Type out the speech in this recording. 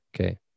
Okay